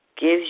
gives